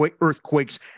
earthquakes